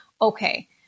okay